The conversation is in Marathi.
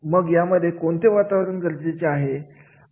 मग यामध्ये कोणते वातावरण गरजेचे आहे